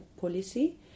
policy